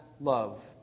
love